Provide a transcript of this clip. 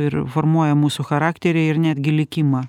ir formuoja mūsų charakterį ir netgi likimą